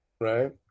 Right